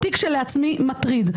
אותי כשלעצמי מטריד.